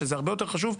שזה הרבה יותר חשוב,